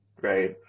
right